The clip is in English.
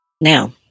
Now